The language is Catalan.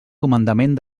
comandament